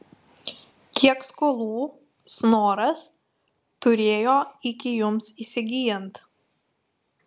kiek skolų snoras turėjo iki jums įsigyjant